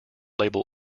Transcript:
label